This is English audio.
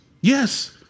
Yes